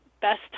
best